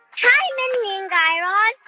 hi, mindy and guy raz.